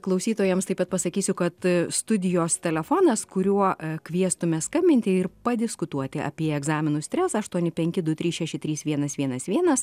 klausytojams taip pat pasakysiu kad studijos telefonas kuriuo kviestume skambinti ir padiskutuoti apie egzaminų stresą aštuoni penki du trys šeši trys vienas vienas vienas